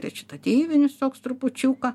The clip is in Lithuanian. rečitatyvinis toks trupučiuką